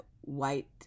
white